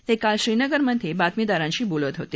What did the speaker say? ते काल श्रीनगरमधे बातमीदारांशी बोलत होते